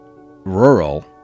rural